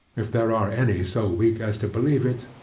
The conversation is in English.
if there are any so weak as to believe it,